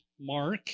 Mark